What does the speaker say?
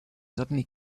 suddenly